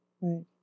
Right